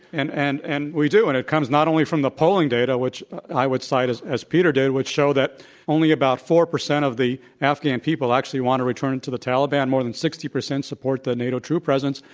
and and and we do and it comes not only from the polling data, which i would cite as as peter did, to show that only about four percent of the afghan people actually want to return to the taliban. more than sixty percent support the nato troop presence.